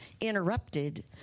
interrupted